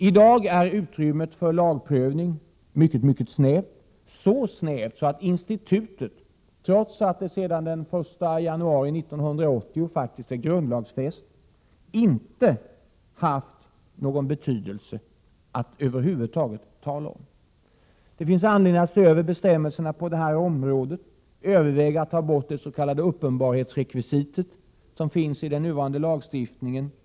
I dag är utrymmet för lagprövning mycket snävt, så snävt att institutet — trots att det sedan den 1 januari 1980 faktiskt är grundlagsfäst — inte haft någon betydelse att tala om. Det finns anledning att se över bestämmelserna på detta område. Man kan överväga att ta bort uppenbarhetsrekvisitet som finns i nuvarande lagstiftning. På det — Prot.